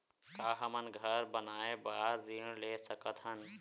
का हमन घर बनाए बार ऋण ले सकत हन?